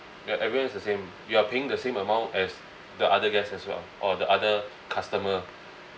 ya everyone is the same you're paying the same amount as the other guests as well or the other customer